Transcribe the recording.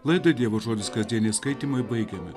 laidą dievo žodis kasdieniai skaitymai baigiame